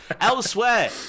Elsewhere